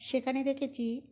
সেখানে দেখেছি